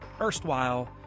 erstwhile